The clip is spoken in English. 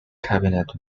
cabinet